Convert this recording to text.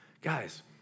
guys